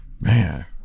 man